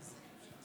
חבר הכנסת דיכטר.